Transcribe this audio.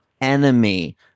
enemy